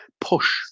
push